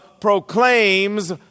proclaims